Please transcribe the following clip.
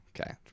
Okay